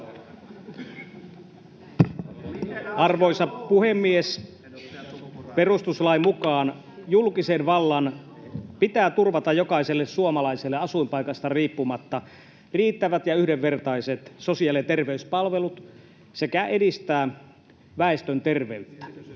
Arvoisa puhemies! Perustuslain mukaan julkisen vallan pitää turvata jokaiselle suomalaiselle asuinpaikasta riippumatta riittävät ja yhdenvertaiset sosiaali- ja terveyspalvelut sekä edistää väestön terveyttä.